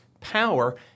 power